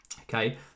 okay